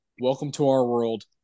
welcome-to-our-world